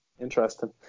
interesting